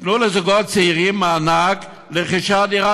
תנו לזוגות צעירים מענק לרכישת דירה